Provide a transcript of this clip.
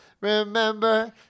Remember